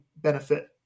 benefit